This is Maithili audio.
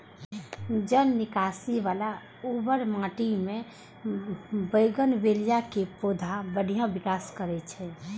जल निकासी बला उर्वर माटि मे बोगनवेलिया के पौधा बढ़िया विकास करै छै